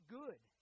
good